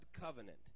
covenant